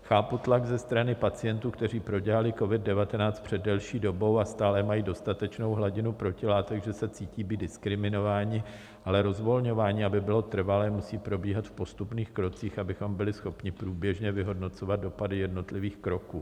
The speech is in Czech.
Chápu tlak ze strany pacientů, kteří prodělali COVID19 před delší dobou a stále mají dostatečnou hladinu protilátek, že se cítí být diskriminováni, ale rozvolňování, aby bylo trvalé, musí probíhat v postupných krocích, abychom byli schopni průběžně vyhodnocovat dopady jednotlivých kroků.